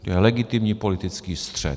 To je legitimní politický střet.